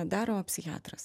daro psichiatras